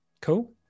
Cool